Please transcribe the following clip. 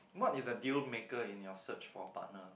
what is a deal maker in your search for a partner